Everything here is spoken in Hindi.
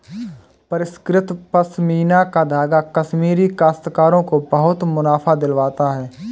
परिष्कृत पशमीना का धागा कश्मीरी काश्तकारों को बहुत मुनाफा दिलवाता है